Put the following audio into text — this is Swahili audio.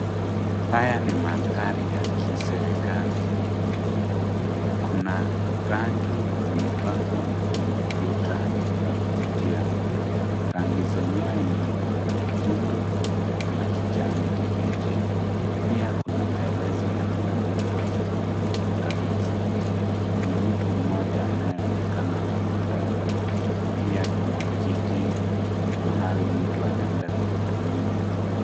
Haya ni mandhari ya kiserikali. Kuna rangi zimepakwa kwenye kuta za kuvutia. Rangi zenyewe ni nyekundu na kijani kibichi. Pia kuna maelezo yameandikwa kwenye kuta hizo. Kuna mtu mmoja anayeonekana hapo ndani. Pia kuna kiti mahali mtu anaenda kuhudumiwa.